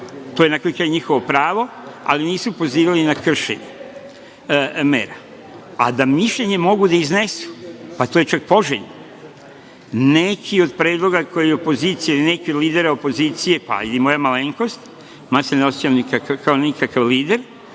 to je na kraju njihovo pravo, ali nisu pozivali na kršenje mera. A da mišljenje mogu da iznesu, to je čak poželjno. Neki od predloga koje opozicija ili neki od lidera opozicije, pa i moja malenkost, mada se ne osećam kao lider,